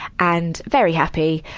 and very happy.